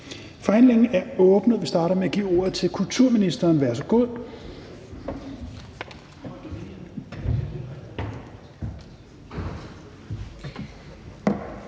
Forhandlingen er åbnet, og vi starter med at give ordet til kulturministeren. Værsgo.